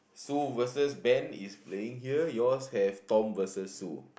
Sue versus Ben is playing here yours have Tom versus Sue